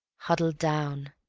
huddled down,